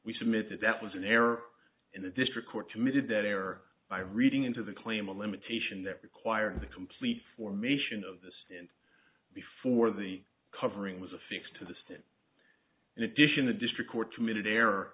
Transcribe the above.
we submitted that was an error in the district court committed that error by reading into the claim a limitation that required the complete formation of the state before the covering was affixed to the state in addition the district court committed error